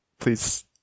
Please